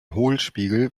hohlspiegel